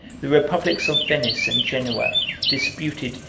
the republics of venice and genoa disputed,